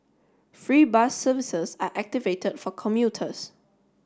free bus services are activate for commuters